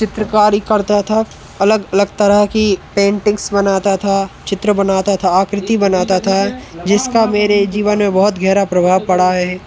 चित्रकारी करता था अलग अलग तरह की पेंटिंग्स बनाता था चित्र बनाता था आकृति बनाता था जिसका मेरे जीवन में बहुत गहरा प्रभाव पड़ा है